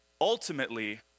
Ultimately